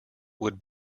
would